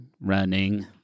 running